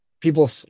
people